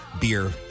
beer